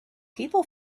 people